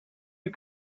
you